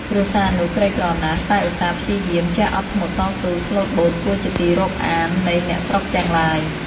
គ្រួសារនោះក្រីក្រណាស់ តែឧស្សាហ៍ ព្យាយាម ចេះអត់ធ្មត់តស៊ូ ស្លូតបូត គួរជាទីរាប់អាននៃ អ្នកស្រុកទាំងឡាយ ។